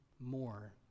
More